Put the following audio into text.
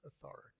authority